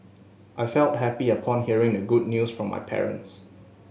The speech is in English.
I felt happy upon hearing the good news from my parents